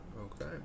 Okay